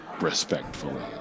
respectfully